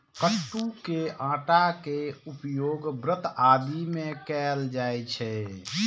कट्टू के आटा के उपयोग व्रत आदि मे कैल जाइ छै